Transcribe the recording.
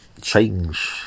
change